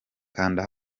kanda